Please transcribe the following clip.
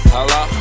Hello